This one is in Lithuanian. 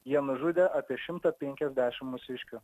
jie nužudė apie šimtą penkiasdešimt mūsiškių